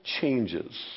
changes